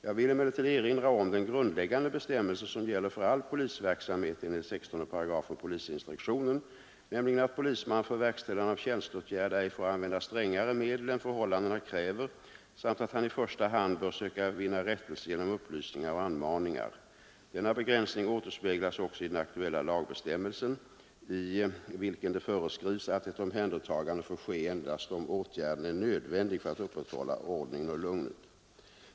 Jag vill emellertid erinra om den grundläggande bestämmelse som gäller för all polisverksamhet enligt 16 § polisinstruktionen, nämligen att polisman för verkställande av tjänsteåtgärd ej får använda strängare medel än förhållandena kräver samt att han i första hand bör söka vinna rättelse genom upplysningar och anmaningar. Denna begränsning återspeglas också i den aktuella lagbestämmelsen i vilken det föreskrivs att ett omhändertagande får ske endast om åtgärden är ”nödvändig för att upprätthålla ordningen”.